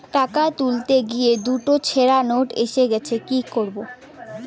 টাকা তুলতে গিয়ে দুটো ছেড়া নোট এসেছে কি করবো?